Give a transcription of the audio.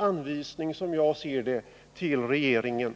anvisning till regeringen.